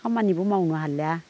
खामानिबो मावनो हालिया